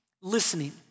listening